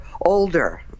older